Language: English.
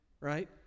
right